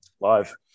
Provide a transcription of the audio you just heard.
Live